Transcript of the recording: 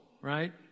right